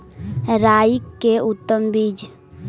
राई के उतम बिज?